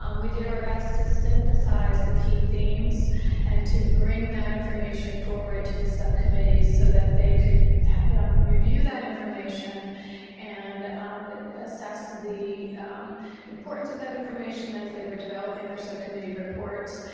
um we did our best to synthesize the key themes and to bring that information forward to the subcommittees so that they could review that information and assess the importance of that information as they were developing their subcommittee reports.